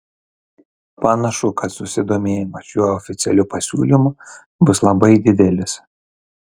panašu kad susidomėjimas šiuo oficialiu pasiūlymu bus labai didelis